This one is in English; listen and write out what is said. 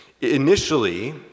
Initially